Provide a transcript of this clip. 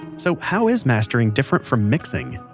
so how is mastering different from mixing?